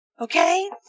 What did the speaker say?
Okay